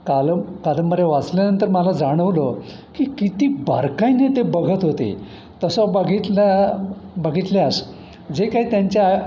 कालम कादंबऱ्या वाचल्यानंतर मला जाणवलं की किती बारकाईनं ते बघत होते तसं बघितल्या बघितल्यास जे काही त्यांच्या